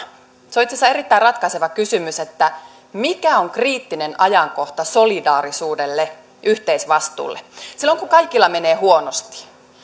se on itse asiassa erittäin ratkaiseva kysymys mikä on kriittinen ajankohta solidaarisuudelle yhteisvastuulle silloin kun kaikilla menee huonosti